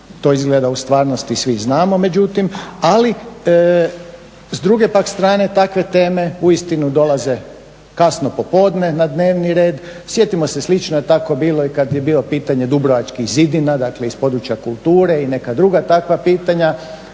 to izgleda u stvarnosti svi znamo, međutim. Ali s druge pak strane takve teme uistinu dolaze kasno popodne na dnevni red. Sjetimo se slično je tako bilo i kad je bilo pitanje dubrovačkih zidina, dakle iz područja kulture i neka druga takva pitanja.